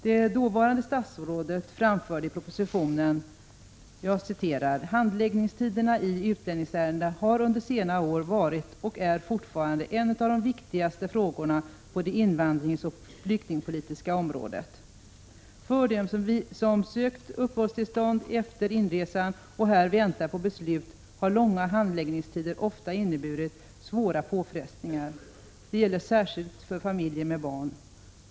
Det dåvarande statsrådet framförde i propositionen: ”Handläggningstiderna i utlänningsärenden har under senare år varit och är fortfarande en av de viktigaste frågorna på det invandringsoch flyktingpolitiska området. För dem som sökt uppehållstillstånd efter inresan och här väntar på beslut har långa handläggningstider ofta inneburit svåra påfrestningar. Det gäller särskilt för familjer med barn.